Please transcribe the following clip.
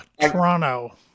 Toronto